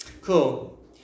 Cool